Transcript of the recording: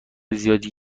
زیادی